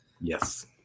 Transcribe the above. Yes